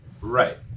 Right